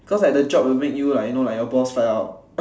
cause like the drop will make you like your balls fly out